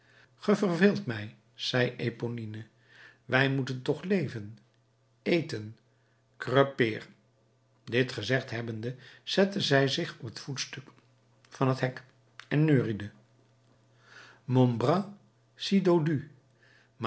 verveelt mij zei eponine wij moeten toch leven eten krepeer dit gezegd hebbende zette zij zich op het voetstuk van het hek en neuriede mon bras